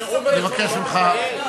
אתם מפחדים.